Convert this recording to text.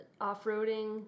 Off-roading